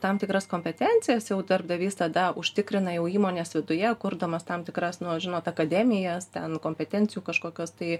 tam tikras kompetencijas jau darbdavys tada užtikrina įmonės jau viduje kurdamas tam tikras nu žinot akademijas ten kompetencijų kažkokius tai